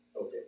Okay